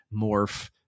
morph